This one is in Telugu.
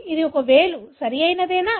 ఇది ఒక వేలు సరియైనదా